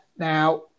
Now